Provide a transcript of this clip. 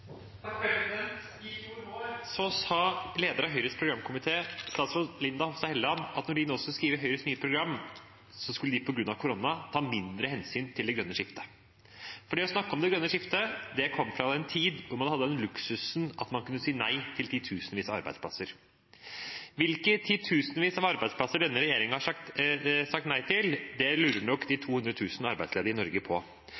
I fjor vår sa lederen av Høyres programkomité, statsråd Linda Hofstad Helleland, at når de skulle skrive Høyres nye program, skulle de på grunn av korona ta mindre hensyn til det grønne skiftet, for det å snakke om det grønne skiftet kom fra en tid da man hadde den luksusen at man kunne si nei til titusenvis av arbeidsplasser. Hvilke titusenvis av arbeidsplasser denne regjeringen har sagt nei til, lurer nok de 200 000 arbeidsledige i Norge på,